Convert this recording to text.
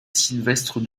sylvestre